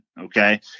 okay